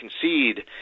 Concede